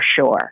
sure